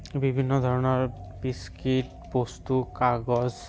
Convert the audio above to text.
বিভিন্ন ধৰণৰ বিস্কীট বস্তু কাগজ